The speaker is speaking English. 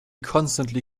constantly